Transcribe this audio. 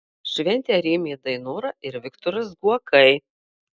šventę rėmė dainora ir viktoras guokai